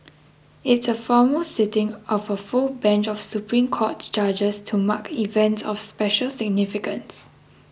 it's a formal sitting of a full bench of Supreme Court judges to mark events of special significance